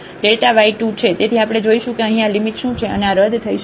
તેથી આપણે જોઈશું કે અહીં આ લિમિટ શું છે અને આ રદ થઈ શકે છે